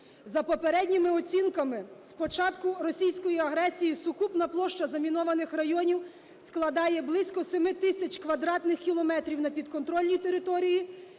За попередніми оцінками з початку російської агресії сукупна площа замінованих районів складає близько семи тисяч квадратних кілометрів на підконтрольній території